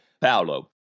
Paolo